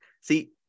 See